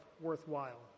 worthwhile